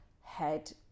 head